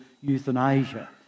euthanasia